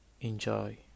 Enjoy